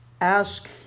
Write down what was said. Ask